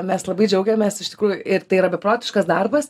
mes labai džiaugiamės iš tikrųjų ir tai yra beprotiškas darbas